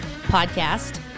podcast